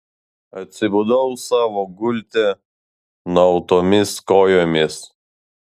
atsibudau savo gulte nuautomis kojomis